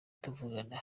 tuvugana